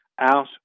out